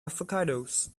avocados